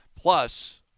plus